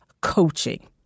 coaching